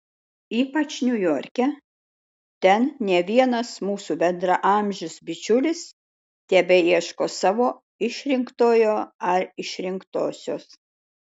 ypač niujorke ten ne vienas mūsų bendraamžis bičiulis tebeieško savo išrinktojo ar išrinktosios